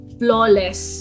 flawless